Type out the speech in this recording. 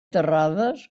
terrades